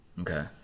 okay